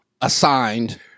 assigned